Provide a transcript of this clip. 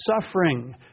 suffering